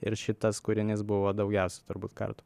ir šitas kūrinys buvo daugiausia turbūt kartų